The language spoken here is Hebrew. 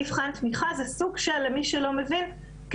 למי שלא מבין,